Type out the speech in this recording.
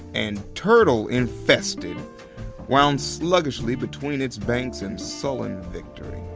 and turtle-infested wound sluggishly between its banks in sullen victory.